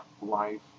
life